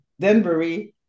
Denbury